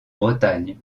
bretagne